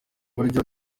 uburyo